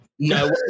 No